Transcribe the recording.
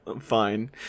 fine